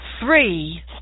three